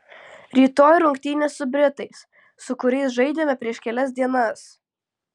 rytoj rungtynės su britais su kuriais žaidėme prieš kelias dienas